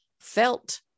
felt